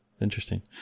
interesting